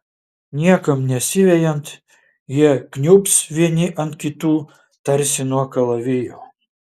niekam nesivejant jie kniubs vieni ant kitų tarsi nuo kalavijo